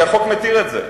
כי החוק מתיר את זה.